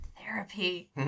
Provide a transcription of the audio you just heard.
therapy